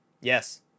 Yes